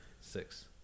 six